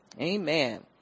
Amen